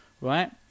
right